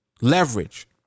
leverage